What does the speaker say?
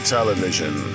Television